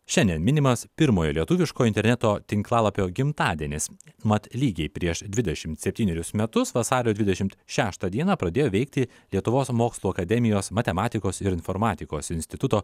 šiandien minimas pirmojo lietuviško interneto tinklalapio gimtadienis mat lygiai prieš dvidešimt septynerius metus vasario dvidešimt šeštą dieną pradėjo veikti lietuvos mokslų akademijos matematikos ir informatikos instituto